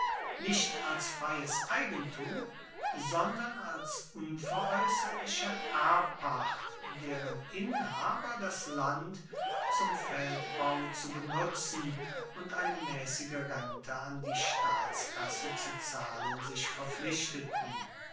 nicht als freies eigentum sondern als unveräußerliche erbpacht deren inhaber das land zum feldbau zu benutzen und eine mäßige rente an die staatskasse zu zahlen sich verpflichteten